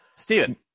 Steven